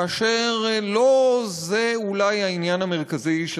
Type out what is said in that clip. כאשר אולי לא זה העניין המרכזי של